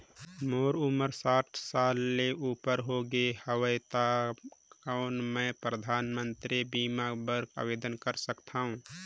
मोर उमर साठ साल ले उपर हो गे हवय त कौन मैं परधानमंतरी बीमा बर आवेदन कर सकथव?